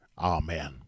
Amen